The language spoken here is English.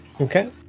Okay